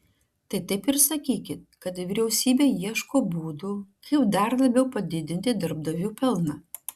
tai taip ir sakykit kad vyriausybė ieško būdų kaip dar labiau padidinti darbdavių pelną